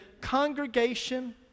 congregation